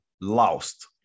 lost